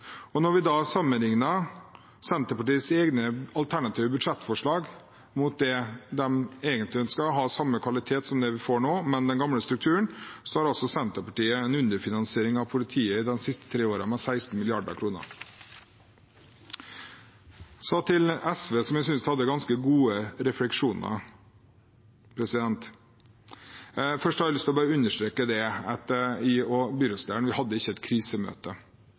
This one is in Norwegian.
Når vi da sammenligner Senterpartiets egne alternative budsjettforslag med det de egentlig ønsker – å ha samme kvalitet som vi får nå, men med den gamle strukturen – har Senterpartiet en underfinansiering av politiet de siste tre årene på 16 mrd. kr. Så til SV, som jeg synes hadde ganske gode refleksjoner: Først har jeg lyst til å understreke at jeg og byrådslederen ikke hadde et krisemøte.